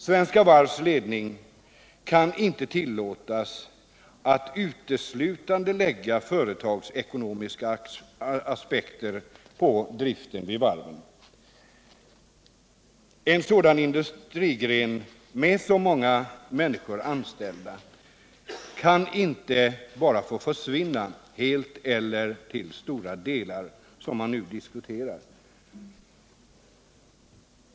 Svenska Varvs ledning kan inte tillåtas att uteslutande lägga företagsekonomiska aspekter på driften vid varven. En industrigren som denna, med så många människor anställda, kan inte bara få försvinna helt eller till stora delar, vilket man nu diskuterar.